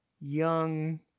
young